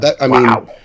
Wow